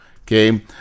okay